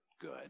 good